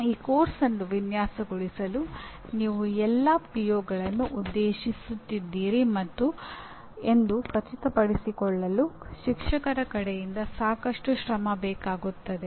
ಈ ಪಠ್ಯಕ್ರಮವನ್ನು ವಿನ್ಯಾಸಗೊಳಿಸಲು ನೀವು ಈ ಎಲ್ಲಾ ಪಿಒಗಳನ್ನು ಉದ್ದೇಶಿಸುತ್ತಿದ್ದೀರಿ ಎಂದು ಖಚಿತಪಡಿಸಿಕೊಳ್ಳಲು ಶಿಕ್ಷಕರ ಕಡೆಯಿಂದ ಸಾಕಷ್ಟು ಶ್ರಮ ಬೇಕಾಗುತ್ತದೆ